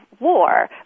war